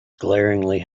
glaringly